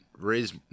raise